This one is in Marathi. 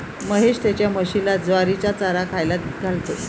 महेश त्याच्या म्हशीला ज्वारीचा चारा खायला घालतो